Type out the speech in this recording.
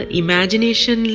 imagination